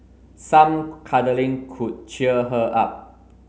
some cuddling could cheer her up